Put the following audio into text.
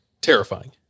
Terrifying